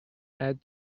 add